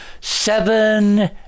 seven